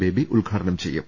baby ഉദ്ഘാടനം ചെയ്യും